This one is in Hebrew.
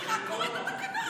אני רק קוראת את התקנון.